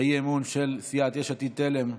האי-אמון של סיעת יש עתיד-תל"ם,